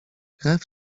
krew